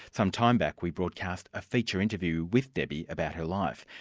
some time back we broadcast a feature interview with debbie about her life,